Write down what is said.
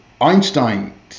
Einstein